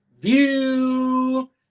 View